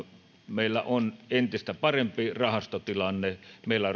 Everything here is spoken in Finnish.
meillä on entistä parempi rahastotilanne meillä